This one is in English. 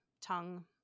tongue